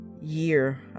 year